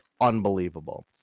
unbelievable